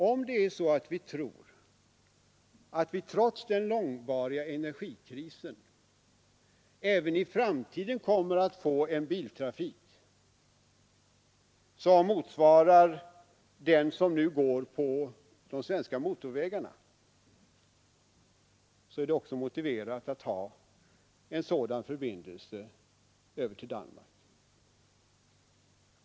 Om vi tror att vi trots den långvariga energikrisen även i framtiden kommer att få en biltrafik som motsvarar den som nu går på de svenska motorvägarna, är det också motiverat att ha en sådan här förbindelse över till Danmark.